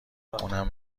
اونم